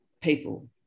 people